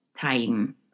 time